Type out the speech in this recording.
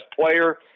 player